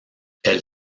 elle